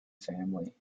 family